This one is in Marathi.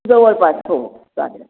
जवळपास हो चालेल